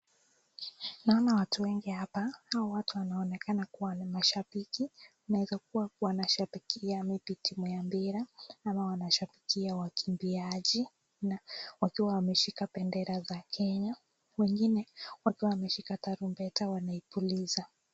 Naona watu wengi hapa, hawa watu wanaonekana kuwa ni mashabiki. Inawezakuwa wanashabikia timu ya mpira ama wanashabikia wakimbiaji na wakiwa wameshika bendera za Kenya wengine wakiwa wameshika tarumbeta wanapuliza.